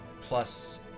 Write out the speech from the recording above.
plus